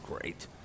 great